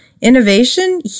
Innovation